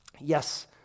Yes